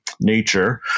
nature